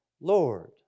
Lord